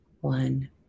one